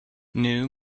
new